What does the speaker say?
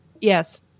Yes